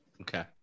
Okay